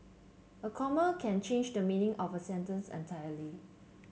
a comma can change the meaning of a sentence entirely